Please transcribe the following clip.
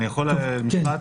אני מבקש לומר משפט.